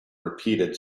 repeated